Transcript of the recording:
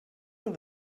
will